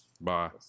bye